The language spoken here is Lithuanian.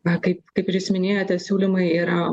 na kaip kaip ir jūs minėjote siūlymai yra